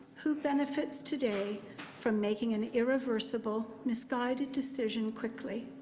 who benefits today from making an irreversible, misguided decision quickly?